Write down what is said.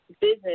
business